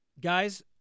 guys